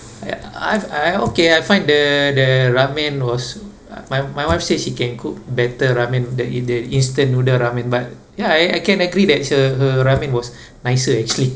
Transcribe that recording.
yeah I've I okay I find the the ramen was uh my my wife says she can cook better ramen the it the instant noodle ramen but ya I can agree that her her ramen was nicer actually